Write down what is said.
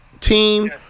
team